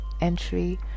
entry